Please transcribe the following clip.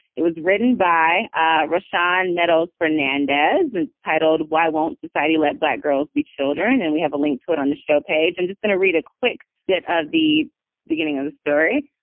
it was written by ah russian medal's fernandez. it's titled why won't society let black girls be children? and we have a link to it on the show page. i'm just going to read a quick bit of the beginning of the story.